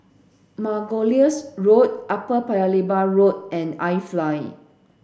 Margoliouth Road Upper Paya Lebar Road and iFly